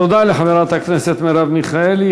תודה לחברת הכנסת מרב מיכאלי.